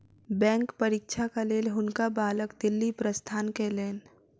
bank परीक्षाक लेल हुनका बालक दिल्ली प्रस्थान कयलैन